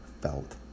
felt